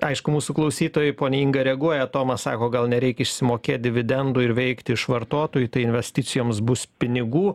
aišku mūsų klausytojai ponia inga reaguoja tomas sako gal nereik išsimokėt dividendų ir veikti iš vartotojų tai investicijoms bus pinigų